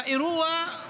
האירוע הוא